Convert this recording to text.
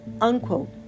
unquote